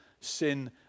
sin